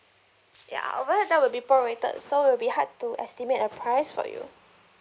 ya over here that will be prorated so will be hard to estimate a price for you